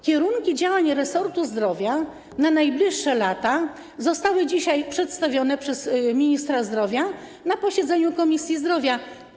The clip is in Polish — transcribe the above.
Kierunki działań resortu zdrowia na najbliższe lata zostały dzisiaj przedstawione przez ministra zdrowia na posiedzeniu Komisji Zdrowia.